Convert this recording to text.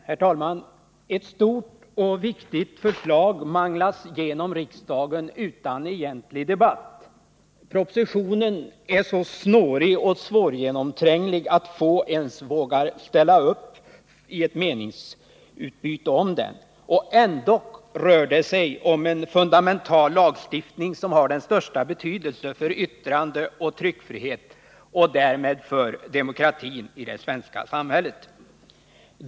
Herr talman! Ett stort och viktigt förslag manglas genom riksdagen utan egentlig debatt. Propositionen är så snårig och svårgenomtränglig att få ens vågar ställa upp i ett meningsutbyte om den. Och ändock rör det sig om en fundamental lagstiftning, som har den största betydelse för yttrandeoch tryckfrihet och därmed för demokratin i det svenska samhället.